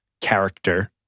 character